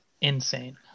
insane